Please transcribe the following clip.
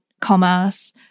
commerce